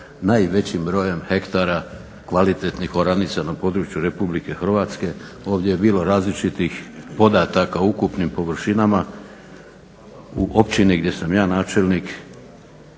najvećim brojem hektara kvalitetnih oranica na području RH. Ovdje je bilo različitih podataka o ukupnim površinama, u općini gdje sam ja načelnik